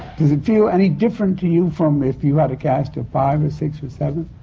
does it feel any different to you, from if you had a cast of five or six or seven?